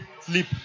sleep